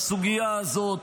בסוגיה הזאת